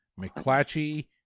McClatchy